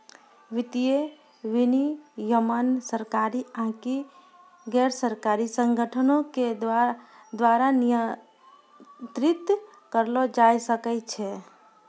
वित्तीय विनियमन सरकारी आकि गैरसरकारी संगठनो के द्वारा नियंत्रित करलो जाय सकै छै